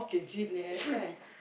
that's why